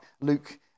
Luke